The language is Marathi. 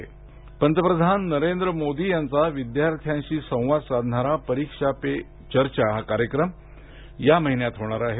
परीक्षा पे चर्चा पंतप्रधान नरेंद्र मोदी यांचा विद्यार्थ्यांशी संवाद साधणारा परीक्षा पे चर्चा हा कार्यक्रम ह्या महिन्यात होणार आहे